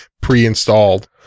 pre-installed